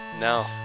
no